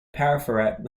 parapet